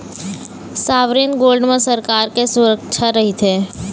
sovereign gold म सरकार के सुरक्छा रहिथे